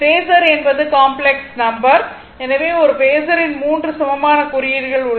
phasor என்பது complex number எனவே ஒரு பேஸரின் 3 சமமான குறியீடுகள் உள்ளன